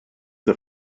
the